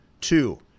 Two